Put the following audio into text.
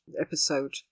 episode